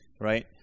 right